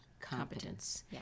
Competence